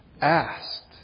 asked